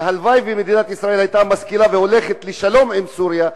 שהלוואי שמדינת ישראל היתה משכילה ללכת לשלום עם סוריה,